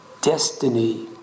destiny